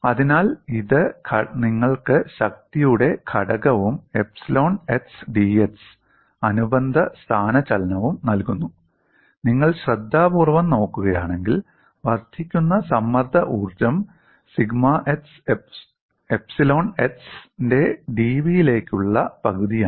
അതിനാൽ ഇത് നിങ്ങൾക്ക് ശക്തിയുടെ ഘടകവും 'എപ്സിലോൺ x dx' അനുബന്ധ സ്ഥാനചലനവും നൽകുന്നു നിങ്ങൾ ശ്രദ്ധാപൂർവ്വം നോക്കുകയാണെങ്കിൽ വർദ്ധിക്കുന്ന സമ്മർദ്ദ ഊർജ്ജം സിഗ്മ x എപ്സിലോൺ x ന്റെ dv യിലേക്കുള്ള പകുതിയാണ്